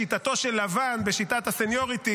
סניוריטי